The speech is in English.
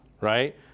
right